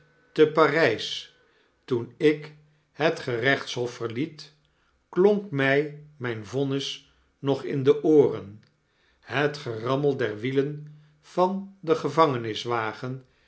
te parijs toen ik het gerechtshof verliet klonk mij mijn vonnis nog in de ooren het gerammel der wielen van den